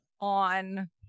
on